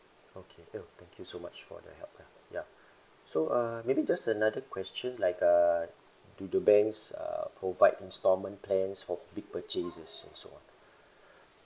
okay ya thank you so much for the help lah ya so uh maybe just another question like uh do the banks uh provide installment plans for big purchases and so on